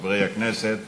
חברי הכנסת